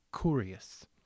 curious